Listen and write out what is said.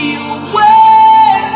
away